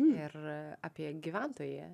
ir apie gyventoją